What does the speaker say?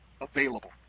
available